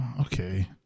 okay